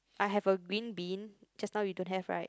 I have a green bean just now you don't have right